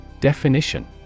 Definition